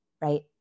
right